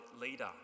leader